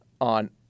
on